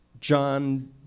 John